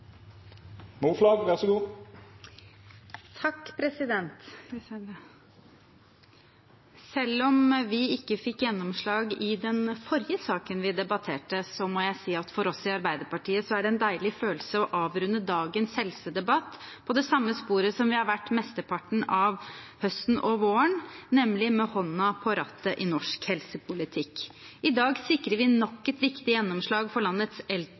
det en deilig følelse å avrunde dagens helsedebatt på det samme sporet som vi har vært mesteparten av høsten og våren, nemlig med hånden på rattet i norsk helsepolitikk. I dag sikrer vi nok et viktig gjennomslag for landets